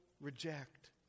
reject